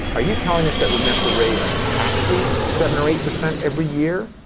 are you telling us that we're gonna have to raise taxes seven or eight percent every year.